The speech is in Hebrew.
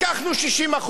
לקחנו 60%,